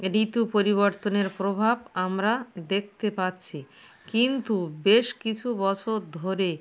ঋতু পরিবর্তনের প্রভাব আমরা দেখতে পাচ্ছি কিন্তু বেশ কিছু বছর ধরে